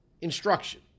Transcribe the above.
Instruction